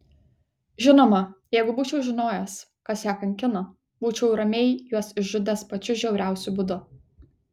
žinoma jeigu būčiau žinojęs kas ją kankino būčiau ramiai juos išžudęs pačiu žiauriausiu būdu